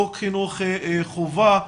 חוק חינוך חובה.